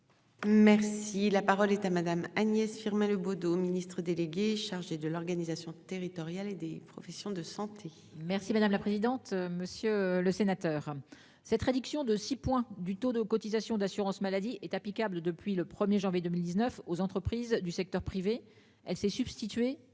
Merci la parole est à Madame Agnès Firmin Le Bodo, Ministre délégué chargé de l'organisation territoriale et des professions de santé. Merci madame la présidente, monsieur le sénateur. Cette réduction de 6 points du taux de cotisation d'assurance maladie est applicable depuis le 1er janvier 2019 aux entreprises du secteur privé. Elle s'est substituer